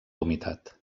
humitat